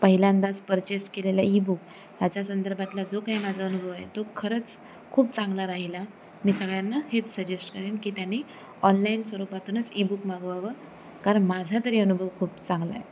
पहिल्यांदाच पर्चेस केलेले ईबुक याच्यासंदर्भातला जो काही माझा अनुभव आहे तो खरंच खूप चांगला राहिला मी सगळ्यांना हेच सजेष्ट करेन की त्यांनी ऑनलाईन स्वरूपातूनच ईबुक मागवावं कारण माझा तरी अनुभव खूप चांगला आहे